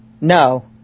No